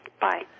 Bye